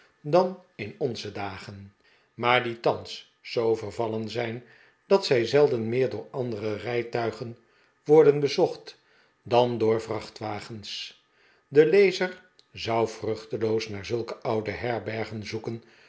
dan in onze dagen maar die thans zoo vervallen zijn dat zij zelden meer door andere rijtuigen worden bezocht dan door vrachtwagens de lezer zou vruchteloos naar zulke oude herbergen zoeken